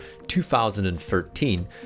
2013